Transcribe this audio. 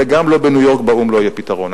וגם בניו-יורק באו"ם לא יהיה פתרון.